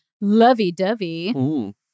lovey-dovey